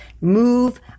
move